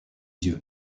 dieu